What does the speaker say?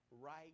right